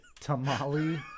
Tamale